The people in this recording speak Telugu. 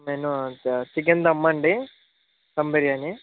మెనూ చికెన్ ధమ్ అండి ధమ్ బిర్యానీ